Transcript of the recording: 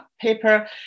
paper